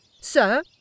Sir